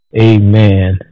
amen